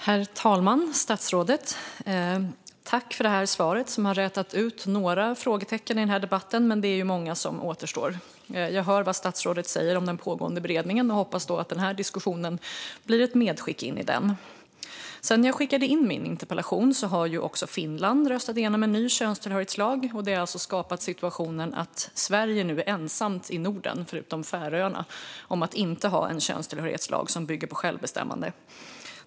Herr talman! Jag tackar statsrådet för svaret, som har rätat ut några frågetecken i denna debatt, men det är många som återstår. Jag hör vad statsrådet säger om den pågående beredningen och hoppas att denna diskussion blir ett medskick till den. Sedan jag skickade in min interpellation har också Finland röstat igenom en ny könstillhörighetslag, vilket alltså har skapat situationen att Sverige nu är ensamt i Norden, förutom Färöarna, om att inte ha en könstillhörighetslag som bygger på självbestämmande.